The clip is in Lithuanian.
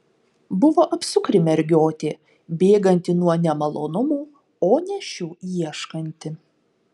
buvo apsukri mergiotė bėganti nuo nemalonumų o ne šių ieškanti